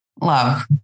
Love